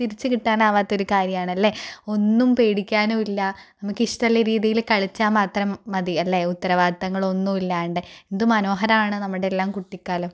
തിരിച്ചു കിട്ടാനാവാത്തൊരു കാര്യമാണല്ലേ ഒന്നും പേടിക്കാനില്ല നമുക്ക് ഇഷ്ടമുള്ള രീതിയിൽ കളിച്ചാൽ മാത്രം മതി അല്ലെ ഉത്തവാദിത്തങ്ങളൊന്നും ഇല്ലാതെ എന്ത് മനോഹരമാണ് നമ്മുടെ എല്ലാം കുട്ടിക്കാലം